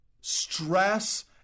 stress